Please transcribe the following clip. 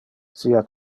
sia